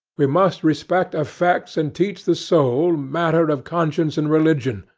we must respect effects and teach the soul matter of conscience and religion,